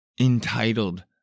Entitled